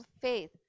faith